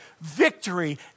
Victory